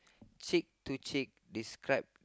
cheek to cheek describe